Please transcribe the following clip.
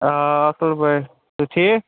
آ اَصٕل پٲٹھۍ تُہۍ چھِو ٹھیٖک